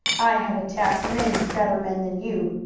i have attacked many better men than you,